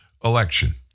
election